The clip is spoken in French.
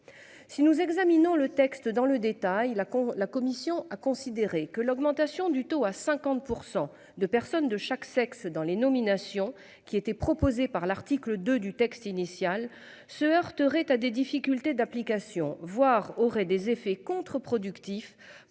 si nous examinons le texte dans le détail la con. La commission a considéré. Que l'augmentation du taux à 50% de personnes de chaque sexe dans les nominations qui était proposée par l'article 2 du texte initial se heurterait à des difficultés d'application, voire aurait des effets contre-productifs